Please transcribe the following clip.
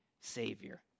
Savior